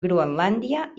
groenlàndia